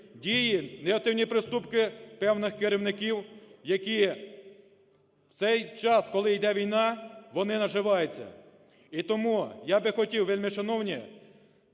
дії, негативні проступки певних керівників, які в цей час, коли йде війна, вони наживаються. І тому я би хотів, вельмишановні